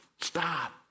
stop